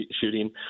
shooting